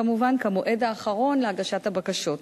כמובן, כמועד האחרון להגשת הבקשות.